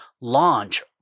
launch